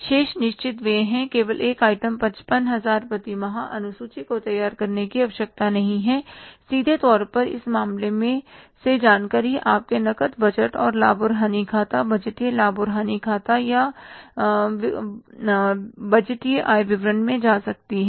शेष निश्चित व्यय हैं केवल एक आइटम 55000 प्रति माह अनुसूची को तैयार करने की आवश्यकता नहीं है सीधे तौर पर इस मामले से जानकारी आपके नकद बजट और लाभ और हानि खाता बजटिय लाभ और हानि खाता या बजटीय आय विवरण में जा सकती है